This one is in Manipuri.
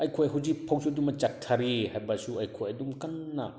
ꯑꯩꯈꯣꯏ ꯍꯧꯖꯤꯛꯐꯥꯎ ꯑꯗꯨꯃꯛ ꯆꯠꯊꯔꯤ ꯍꯥꯏꯕꯁꯨ ꯑꯩꯈꯣꯏ ꯑꯗꯨꯝ ꯀꯟꯅ